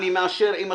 אני מאשר עם התוספות,